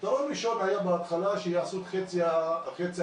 הפתרון הראשון היה שיעשו את חצי הכביש.